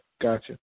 gotcha